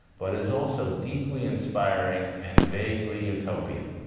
but is also deeply inspiring and vaguely utopian.